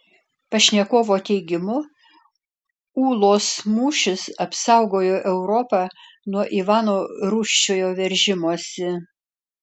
pašnekovo teigimu ūlos mūšis apsaugojo europą nuo ivano rūsčiojo veržimosi